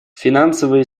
финансовые